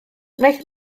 wnaeth